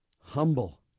humble